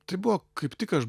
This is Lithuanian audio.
tai buvo kaip tik aš